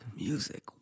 Music